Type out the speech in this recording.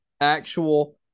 actual